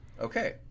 Okay